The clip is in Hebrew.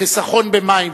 חיסכון במים.